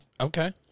Okay